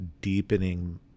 deepening